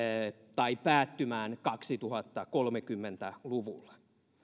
tai päättymään kaksituhattakolmekymmentä luvulla